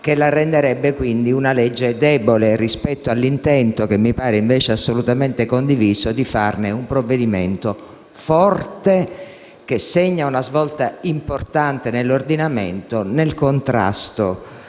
che lo renderebbero quindi debole rispetto all'intento - che mi pare invece assolutamente condiviso - di farne uno strumento forte, che segna una svolta importante nell'ordinamento in termini